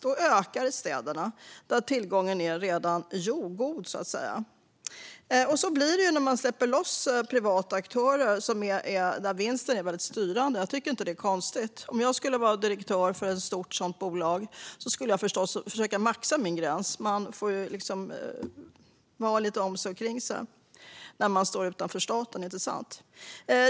Tillgången ökar i städerna, där tillgången redan är god. Så blir det när man släpper loss privata aktörer där vinsten är styrande. Det är inte konstigt. Om jag var direktör för ett stort sådant bolag skulle jag förstås försöka maxa min gräns. Man får ju vara lite om sig och kring sig när man står utanför staten - inte sant?